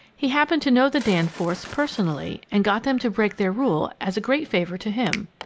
he happened to know the danforths personally, and got them to break their rule, as a great favor to him.